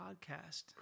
podcast